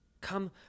Come